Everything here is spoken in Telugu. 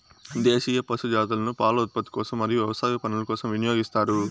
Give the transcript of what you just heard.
దేశీయ పశు జాతులను పాల ఉత్పత్తి కోసం మరియు వ్యవసాయ పనుల కోసం వినియోగిస్తారు